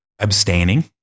Abstaining